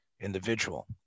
individual